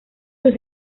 sus